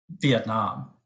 Vietnam